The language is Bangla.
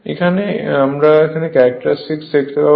এখানে আমরা এর ক্যারেক্টারিস্টিক দেখতে পাব